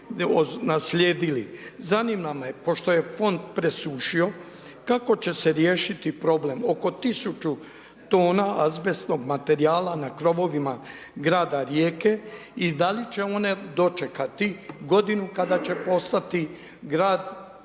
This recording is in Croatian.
Zanima me pošto je Fond presušio, kako će se riješiti problem oko 1000 tona azbestnog materijala na krovovima grada Rijeke i da li će one dočekati godinu kada će postati grad Europske